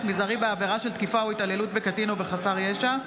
מזערי בעבירה של תקיפה או התעללות בקטין או בחסר ישע),